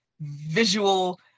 visual